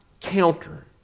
counter